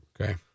Okay